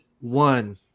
one